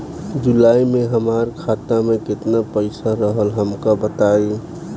जुलाई में हमरा खाता में केतना पईसा रहल हमका बताई?